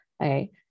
Okay